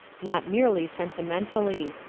not merely sentimentally.